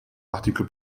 l’article